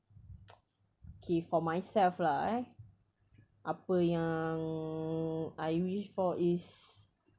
okay for myself lah eh apa yang I wish for is